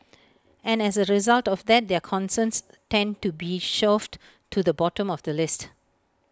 and as A result of that their concerns tend to be shoved to the bottom of the list